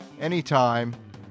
anytime